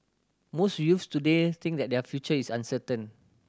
most youths today think that their future is uncertain